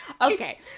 okay